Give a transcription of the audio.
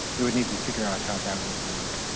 they would need to figure out how that would work.